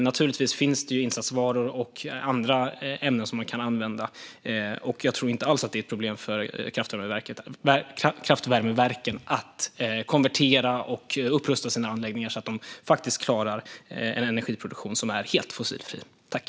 Naturligtvis finns insatsvaror och andra ämnen som man kan använda, och jag tror inte alls att det är ett problem för kraftvärmeverken att konvertera och upprusta sina anläggningar så att de faktiskt klarar en helt fossilfri energiproduktion.